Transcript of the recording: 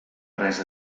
res